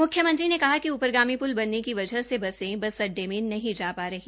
मुख्य मंत्री ने कहा कि ऊपरगामी प्ल बनने की वजह से बसे बस अड्डे में नहीं जा पा रहीं